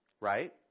Right